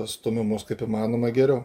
stūmimus kaip įmanoma geriau